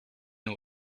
nur